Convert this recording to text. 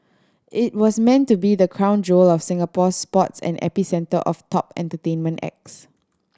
it was meant to be the crown jewel of Singapore sports and epicentre of top entertainment acts